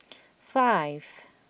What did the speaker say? five